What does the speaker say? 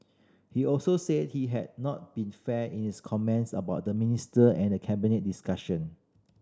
he also said he had not been fair in his comments about the minister and Cabinet discussion